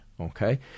okay